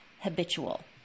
habitual